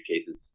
cases